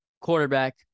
quarterback